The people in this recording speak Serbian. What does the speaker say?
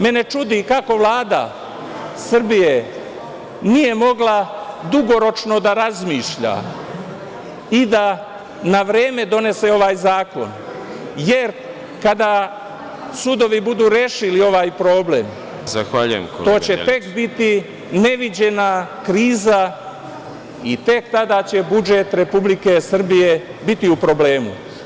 Mene čudi kako Vlada Srbije nije mogla dugoročno da razmišlja i da na vreme donese ovaj zakon, jer kada sudovi budu rešili ovaj problem to će tek biti neviđena kriza i tek tada će budžet Republike Srbije biti u problemu.